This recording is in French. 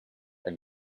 elle